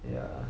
ya